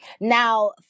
Now